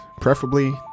preferably